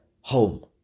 Home